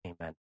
Amen